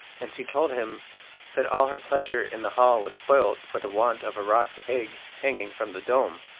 and she told him that all her pleasure in the hall was spoilt for the want of a roc's egg hanging from the dome.